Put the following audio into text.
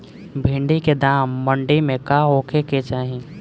भिन्डी के दाम मंडी मे का होखे के चाही?